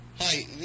Hi